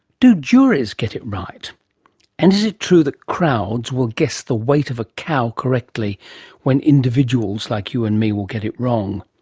do juries get it right and is it true that crowds will guess the weight of a cow correctly when individuals like you and me will get it wrong?